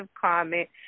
comment